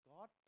God